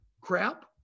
crap